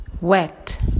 wet